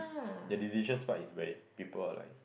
the decision's part is where people are like